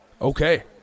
Okay